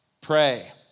Pray